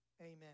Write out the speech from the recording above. Amen